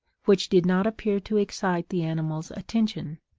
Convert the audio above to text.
which did not appear to excite the animal's attention.